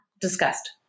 discussed